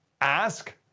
Ask